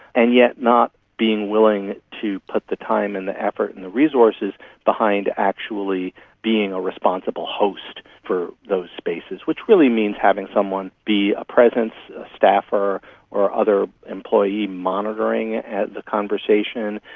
and yet not being willing to put the time and the effort and the resources behind actually being a responsible host for those spaces, which really means having someone be a presence, a staffer or other employee monitoring the conversation.